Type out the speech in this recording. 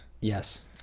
Yes